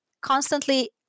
constantly